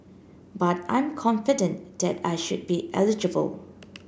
but I'm confident that I should be eligible